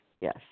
yes